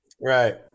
right